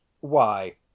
Why